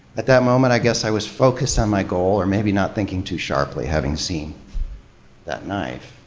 at that moment, i guess i was focused on my goal or maybe not thinking too sharply having seen that knife.